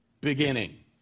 beginning